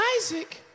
Isaac